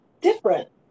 different